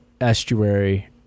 estuary